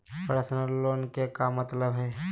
Personal loan के का मतलब हई?